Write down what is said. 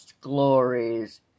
glories